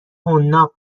حناق